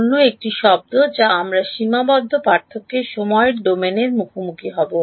অন্য একটি শব্দ যা আমরা সীমাবদ্ধ পার্থক্য সময়ের ডোমেনের মুখোমুখি হব